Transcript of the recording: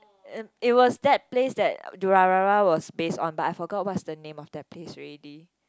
it was that place that Durarara was based on but I forgot what's the name of that place already